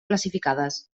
classificades